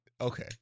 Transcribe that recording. okay